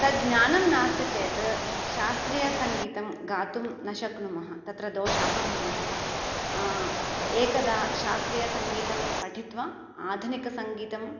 तत्ज्ञानं नास्ति चेत् शास्त्रीयसङ्गीतं गातुं न शक्नुमः तत्र दोषाः भवन्ति एकदा शास्त्रीयसङ्गीतं पठित्वा आधुनिकसङ्गीतम्